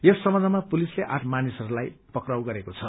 यस सम्बन्धमा पुलिसले आठ मानिसहरूलाई पक्राउ गरेको छ